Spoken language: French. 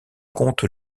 compte